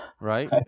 right